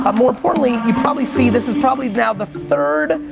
um more importantly, you probably see this is probably now the third,